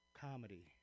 comedy